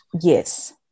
Yes